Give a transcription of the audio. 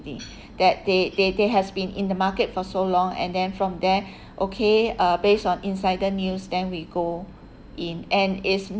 that they they they has been in the market for so long and then from there okay uh based on insider news then we go in and it's